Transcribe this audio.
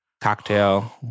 cocktail